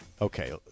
okay